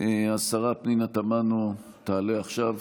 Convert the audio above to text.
השרה פנינו תמנו תעלה עכשיו.